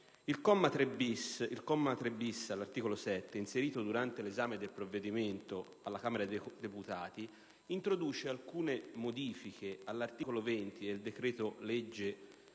Il comma 3-*bis* dell'articolo 7, inserito durante l'esame del provvedimento alla Camera dei deputati, introduce alcune modifiche all'articolo 20 del decreto‑legge